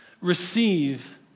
Receive